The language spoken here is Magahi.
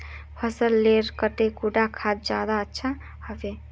फसल लेर तने कुंडा खाद ज्यादा अच्छा हेवै?